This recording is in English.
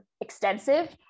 extensive